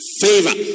favor